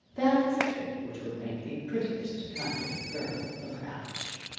that is a trick which would make the prettiest kind of a girl look owlish.